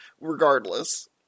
regardless